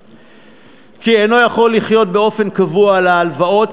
כי אינו יכול לחיות באופן קבוע על הלוואות,